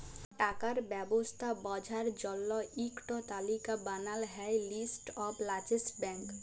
টাকার ব্যবস্থা বঝার জল্য ইক টো তালিকা বানাল হ্যয় লিস্ট অফ লার্জেস্ট ব্যাঙ্ক